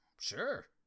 Sure